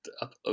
up